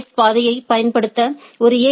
S பாதையைப் பயன்படுத்த ஒரு ஏ